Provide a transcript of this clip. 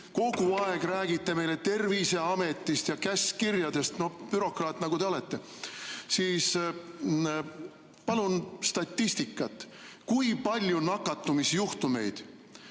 kogu aeg räägite meile Terviseametist ja käskkirjadest, bürokraat, nagu te olete, siis palun statistikat, kui palju nakatumisjuhtumeid